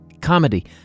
comedy